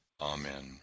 Amen